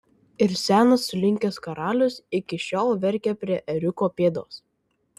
ir senas sulinkęs karalius iki šiol verkia prie ėriuko pėdos